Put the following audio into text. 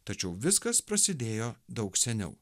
tačiau viskas prasidėjo daug seniau